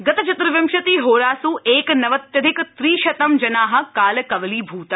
गत चत्र्विशति होरास् एकनवत्याधिक त्रिशतं जना कालकवलीभूता